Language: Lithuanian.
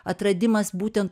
atradimas būtent